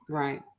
right